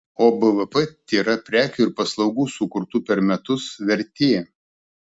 o bvp tėra prekių ir paslaugų sukurtų per metus vertė